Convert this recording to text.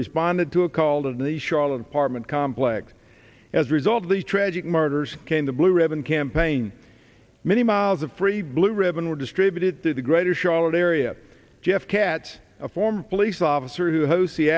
responded to a call in the charlotte apartment complex as a result of the tragic murders came the blue ribbon campaign many miles of free blue ribbon were distributed through the greater charlotte area jeff katz a former police officer who hosts the